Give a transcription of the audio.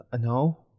no